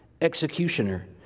executioner